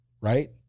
Right